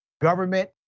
government